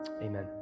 Amen